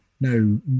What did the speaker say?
no